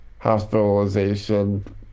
hospitalization